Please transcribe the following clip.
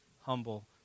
humble